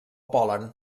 pol·len